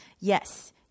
Yes